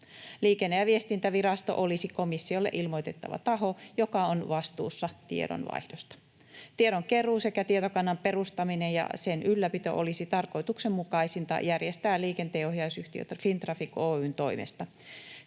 Liikenne- ja viestintävirasto olisi komissiolle ilmoitettava taho, joka on vastuussa tiedonvaihdosta. Tiedonkeruu sekä tietokannan perustaminen ja sen ylläpito olisi tarkoituksenmukaisinta järjestää liikenteenohjausyhtiö Fintraffic Oy:n toimesta.